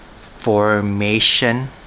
formation